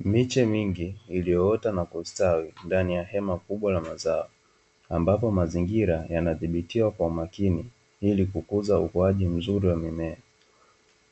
Miche mingi iliyoota na kustawi ndani ya hema kubwa la mazao ambapo mazingira yanadhibitiwa kwa umakini ili kukuza ukuaji wa mzuri wa mimea,